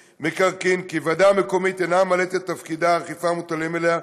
מקרקעין כי ועדה מקומית אינה ממלאת את תפקידי האכיפה המוטלים עליה,